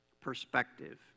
perspective